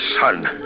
son